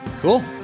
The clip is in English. cool